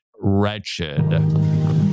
wretched